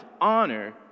honor